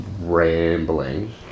rambling